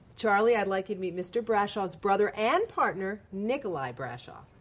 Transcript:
charlie, i'd like you to meet mr. brashov's brother and partner, nicolae brashov.